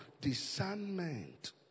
discernment